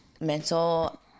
mental